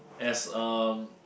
as um